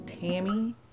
Tammy